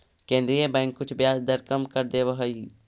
केन्द्रीय बैंक कुछ ब्याज दर कम कर देवऽ हइ